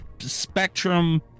spectrum